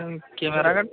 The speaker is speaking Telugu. K camera